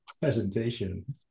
presentation